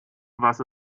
was